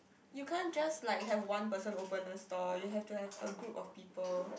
you can't just like have one person open a stall you have to have a group of people